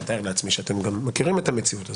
ואני מתאר לעצמי שאתם גם מכירים את המציאות הזאת,